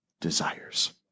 desires